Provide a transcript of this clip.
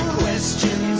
was to